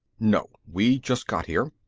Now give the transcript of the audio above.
no, we just got here,